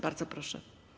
Bardzo proszę.